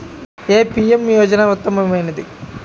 ఏ PM యోజన ఉత్తమమైనది?